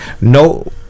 no